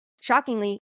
shockingly